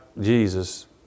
Jesus